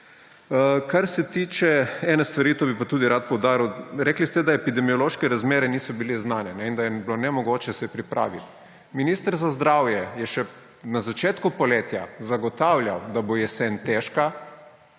Kar se tiče ene stvari, to bi pa tudi rad poudaril. Rekli ste, da epidemiološke razmere niso bile znane in da se je bilo nemogoče pripraviti. Minister za zdravje je še na začetku poletja zagotavljal, da bo jesen težka,